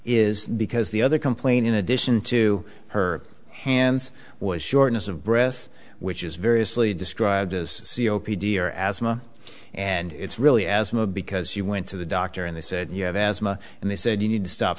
is because the other complain in addition to her hands was shortness of breath which is variously described as c o p d or asthma and it's really asthma because you went to the doctor and they said you have asthma and they said you need to stop